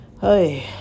hey